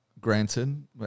granted